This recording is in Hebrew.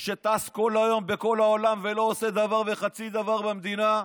שטס כל היום בכל העולם ולא עושה דבר וחצי דבר במדינה.